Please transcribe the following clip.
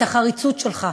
את החריצות שלך.